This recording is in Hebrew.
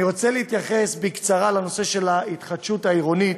אני רוצה להתייחס בקצרה לנושא של התחדשות עירונית,